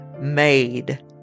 made